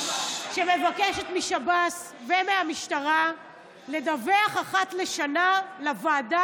שמבקשת משב"ס ומהמשטרה לדווח אחת לשנה לוועדה